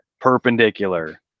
perpendicular